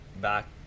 back